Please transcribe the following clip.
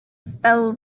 spell